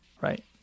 Right